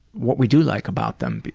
what we do like about them.